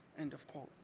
end of quote.